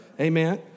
Amen